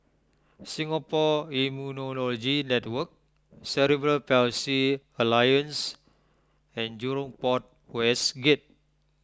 Singapore Immunology Network Cerebral Palsy Alliance and Jurong Port West Gate